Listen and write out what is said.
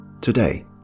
today